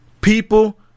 people